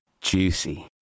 juicy